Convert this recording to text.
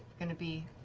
going to be.